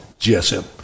GSM